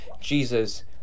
Jesus